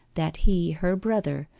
that he, her brother,